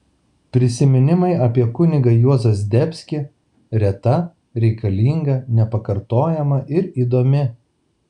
prisiminimai apie kunigą juozą zdebskį reta reikalinga nepakartojama ir įdomi